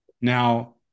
Now